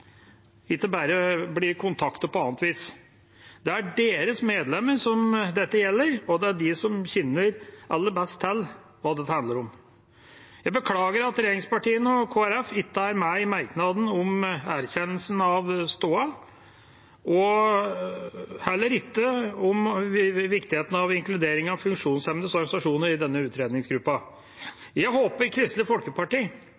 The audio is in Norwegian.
ikke bare bli kontaktet på annet vis. Det er deres medlemmer dette gjelder, og det er de som kjenner aller best til hva dette handler om. Jeg beklager at regjeringspartiene og Kristelig Folkeparti ikke er med i merknaden om erkjennelsen av situasjonen og heller ikke om viktigheten av inkludering av funksjonshemmedes organisasjoner i denne